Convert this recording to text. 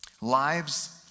lives